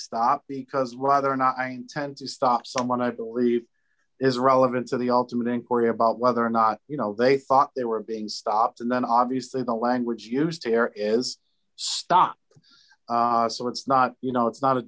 stop because rather not i intend to stop someone i believe is relevant to the ultimate inquiry about whether or not you know they thought they were being stopped and then obviously the language used here is stop so it's not you know it's not a